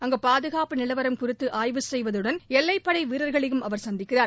அங்கு பாதுகாப்பு நிலவரம் குறித்து ஆய்வு செய்வதுடன் எல்லை படை வீரர்களையும் அவர் சந்திக்கிறார்